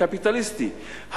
הקפיטליסטי,